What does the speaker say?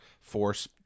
force